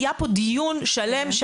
היה פה דיון שלם,